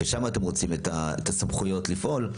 שם יש לכם את הסמכויות לפעול.